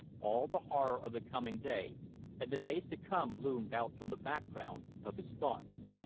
all the horror of the coming day and the days to come loomed out from the background of his thoughts.